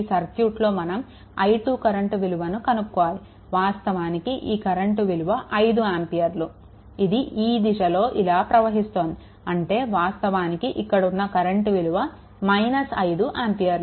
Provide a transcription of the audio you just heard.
ఈ సర్క్యూట్లో మనం i2 కరెంట్ విలువని కనుక్కోవాలి వాస్తవానికి ఈ కరెంట్ విలువ 5 ఆంపియర్లు ఇది ఈ దిశలో ఇలా ప్రవహిస్తోంది అంటే వాస్తవానికి ఇక్కడ ఉన్న కరెంట్ విలువ 5 ఆంపియర్లు